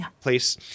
place